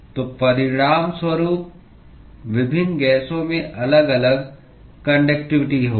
तो परिणामस्वरूप विभिन्न गैसों में अलग अलग कान्डक्टिवटी होगी